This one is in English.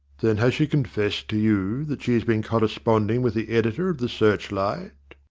then has she confessed to you that she has been corresponding with the editor of the searchlight?